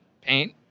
paint